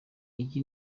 iyi